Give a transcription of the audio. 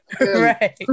Right